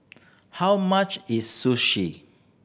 how much is Sushi